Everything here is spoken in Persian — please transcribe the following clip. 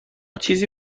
چیزی